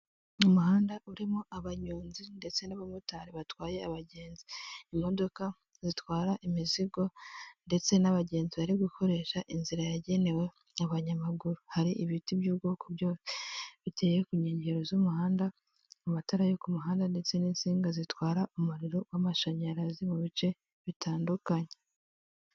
Umuhanda urimo abanyonzi ndetse n'abamotari batwaye abagenzi, imodoka zitwara imizigo ndetse n'abagenzi bari gukoresha inzira yagenewe abanyamaguru, hari ibiti by'ubwoko biteye ku nkengero z'umuhanda, amatara yo ku muhanda ndetse n'insinga zitwara umuriro w'amashanyarazi mu bice bitandukanye.